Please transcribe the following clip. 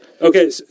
okay